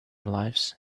lives